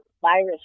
virus